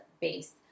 base